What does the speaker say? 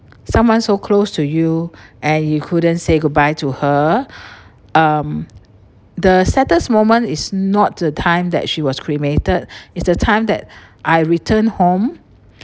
someone so close to you and you couldn't say goodbye to her um the saddest moment is not the time that she was cremated is the time that I returned home